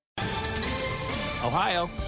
Ohio